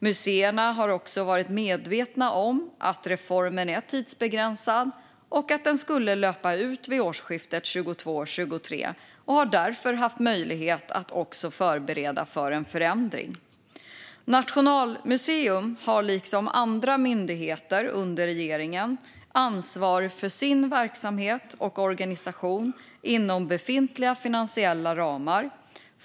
Museerna har också varit medvetna om att reformen är tidsbegränsad och att den skulle löpa ut vid årsskiftet 2022/23 och har därför haft möjlighet att förbereda för en förändring. Nationalmuseum har liksom andra myndigheter under regeringen ansvar för sin verksamhet och organisation inom befintliga finansiella ramar.